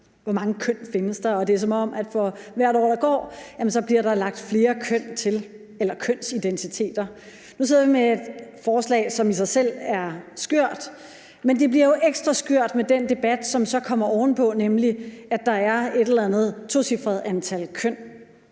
hvor mange køn der findes. Det er, som om der for hvert år, der går, bliver lagt flere køn eller kønsidentiteter til. Nu sidder vi med et forslag, som i sig selv er skørt, men det bliver jo ekstra skørt med den debat, som så kommer ovenpå, nemlig at der er et eller andet tocifret antal køn,